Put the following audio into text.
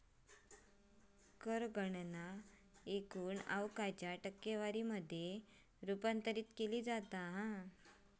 कर गणना एकूण आवक च्या टक्केवारी मध्ये रूपांतरित केली जाता